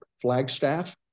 Flagstaff